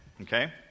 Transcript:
okay